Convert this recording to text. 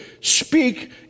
speak